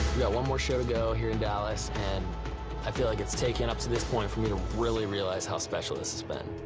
one more show to go here in dallas, and i feel like it's taken up to this point for me to really realize how special this has been.